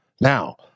Now